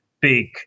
big